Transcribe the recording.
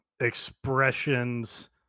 expressions